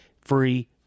free